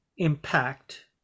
impact